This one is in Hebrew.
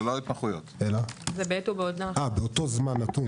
זה לא התמחויות, זה באותו זמן נתון.